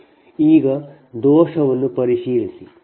ಈಗ ದೋಷವನ್ನು ಪರಿಶೀಲಿಸಿ